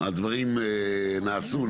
הדברים נעשו,